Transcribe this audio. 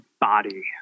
body